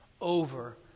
Over